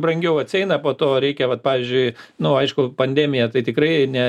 brangiau atsieina po to reikia vat pavyzdžiui nu aišku pandemija tai tikrai ne